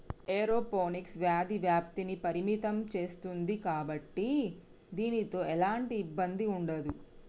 aeroponics వ్యాధి వ్యాప్తిని పరిమితం సేస్తుంది కాబట్టి దీనితో ఎలాంటి ఇబ్బంది ఉండదు